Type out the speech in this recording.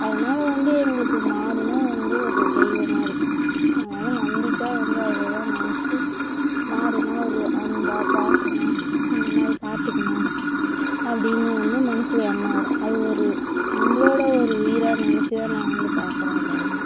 அதனால் வந்து எங்களுக்கு மாடுன்னால் வந்து ஒரு தெய்வம்மாதிரி அதனால நம்பிக்கையாக வந்து அதைதான் நினச்சி மாடுன்னால் ஒரு அன்பாக பாசமாக இந்தமாதிரி பார்த்துக்கணும் அப்படின்னு வந்து மனசில் எண்ணம் வரும் அது ஒரு நம்மளோட ஒரு உயிராக நினச்சிதான் நாங்கள் வந்து பார்க்கறோம் அதை வந்து